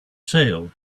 sale